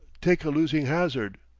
take a losing hazard.